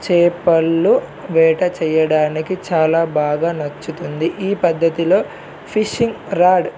చేపలు వేట చెయ్యడానికి చాలా బాగా నచ్చుతుంది ఈ పద్ధతిలో ఫిషింగ్ రాడ్